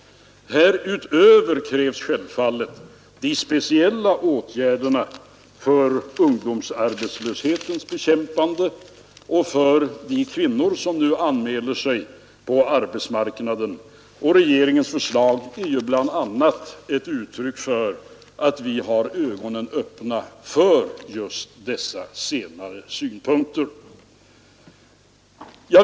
Härutöver krävs självfallet de speciella åtgärderna för ungdomsarbetslöshetens bekämpande och för de kvinnor som nu anmäler sig på arbetsmarknaden. Regeringens förslag är ju bl.a. ett uttryck för att vi har ögonen öppna för dessa senare synpunkter.